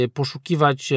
poszukiwać